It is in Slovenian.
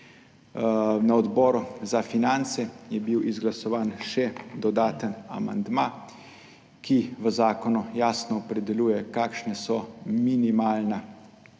Na Odboru za finance je bil izglasovan še dodaten amandma, ki v zakonu jasno opredeljuje, kakšne so minimalne